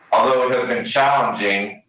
although it has been challenging,